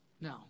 No